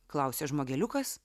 klausia žmogeliukas